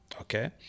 okay